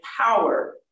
power